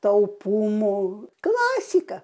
talpumo klasika